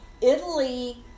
Italy